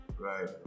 Right